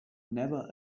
never